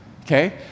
okay